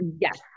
Yes